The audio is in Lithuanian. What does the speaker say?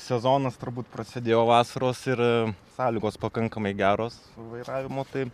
sezonas turbūt prasidėjo vasaros ir sąlygos pakankamai geros vairavimo tai